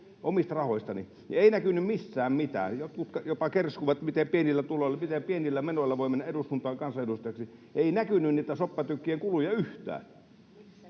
Ei näkynyt missään mitään, ja jotkut jopa kerskuivat, miten pienillä menoilla voi mennä eduskuntaan kansanedustajaksi. Ei näkynyt niitä soppatykkien kuluja yhtään.